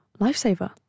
lifesaver